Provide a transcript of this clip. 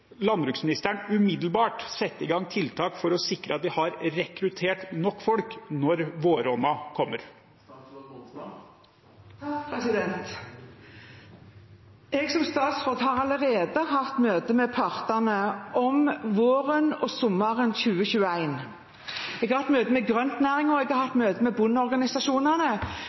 landbruksministeren umiddelbart sette i gang tiltak for å sikre at vi har rekruttert nok folk når våronna kommer? Jeg har som statsråd allerede hatt møte med partene om våren og sommeren 2021. Jeg har hatt møte med grøntnæringen og